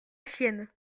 chienne